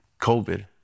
COVID